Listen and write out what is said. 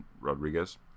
Rodriguez